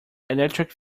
electric